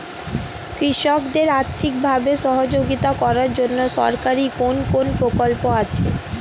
কৃষকদের আর্থিকভাবে সহযোগিতা করার জন্য সরকারি কোন কোন প্রকল্প আছে?